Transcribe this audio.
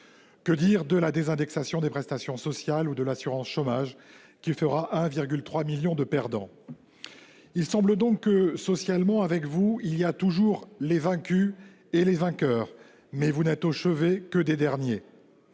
que dire de la désindexation des prestations sociales ou de la réforme de l'assurance chômage, qui fera 1,3 million de perdants ? Il semble donc qu'avec vous, socialement, il y a toujours des vaincus et des vainqueurs, mais vous n'êtes au chevet que des derniers.